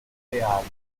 reali